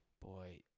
Boy